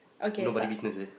nobody's business eh